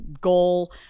goal